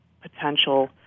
potential